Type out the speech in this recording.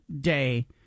day